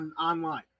online